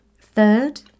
Third